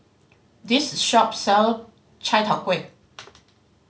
this shop sell chai tow kway